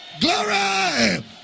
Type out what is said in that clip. Glory